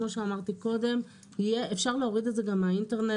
כמו שאמרתי קודם, אפשר להוריד את זה גם מהאינטרנט.